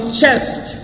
chest